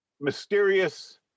mysterious